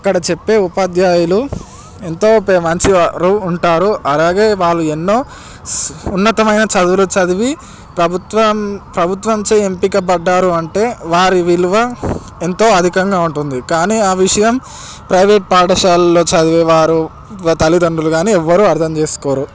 అక్కడ చెప్పే ఉపాధ్యాయులు ఎంతో మంచిగా ఉంటారు అలాగే వాళ్ళు ఎన్నో ఉన్నతమైన చదువులు చదివి ప్రభుత్వం ప్రభుత్వంచే ఎంపిక పడ్డారు అంటే వారి విలువ ఎంతో అధికంగా ఉంటుంది కానీ ఆ విషయం ప్రైవేట్ పాఠశాలల్లో చదివే వారు తల్లితండ్రులు కాని ఎవ్వరూ అర్థం చేసుకోరు